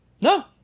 No